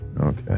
Okay